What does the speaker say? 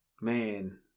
man